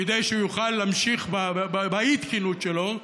כדי שהוא יוכל להמשיך באי-התקינות שלו,